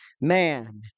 man